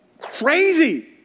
crazy